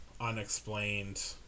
unexplained